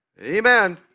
Amen